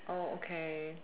oh okay